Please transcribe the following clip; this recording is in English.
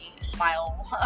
smile